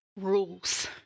rules